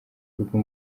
rwo